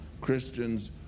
Christians